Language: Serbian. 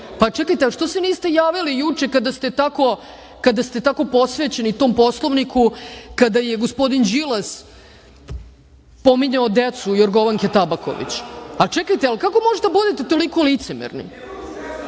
čekajte, što se niste javili juče kada ste tako posvećeni tom Poslovniku, kada je gospodin Đilas pominjao decu Jorgovanke Tabaković. Čekajte, kako možete da budete toliko licemerni?